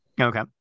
Okay